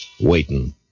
waiting